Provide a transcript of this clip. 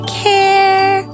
care